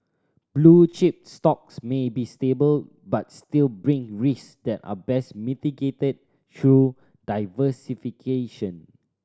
blue chip stocks may be stable but still brings risk that are best mitigated through diversification